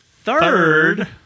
Third